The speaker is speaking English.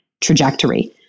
trajectory